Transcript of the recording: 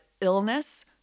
illness